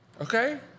Okay